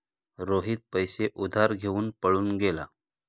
रोहित पैसे उधार घेऊन पळून गेला